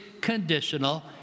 conditional